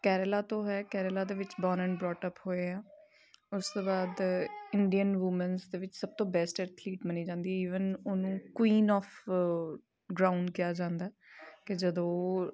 ਕੇਰਲਾ ਤੋਂ ਹੈ ਕੇਰਲਾ ਤੋਂ ਵਿੱਚ ਬੋਨ ਐਂਡ ਬਰੋਟਅਪ ਹੋਏ ਆ ਉਸ ਤੋਂ ਬਾਅਦ ਇੰਡੀਅਨ ਵੂਮਨਸ ਦੇ ਵਿੱਚ ਸਭ ਤੋਂ ਬੈਸਟ ਐਥਲੀਟ ਮੰਨੀ ਜਾਂਦੀ ਈਵਨ ਉਹਨੂੰ ਕੁਵੀਨ ਔਫ ਡਰਾਉਨ ਕਿਹਾ ਜਾਂਦਾ ਕਿ ਜਦੋਂ